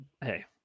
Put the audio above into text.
hey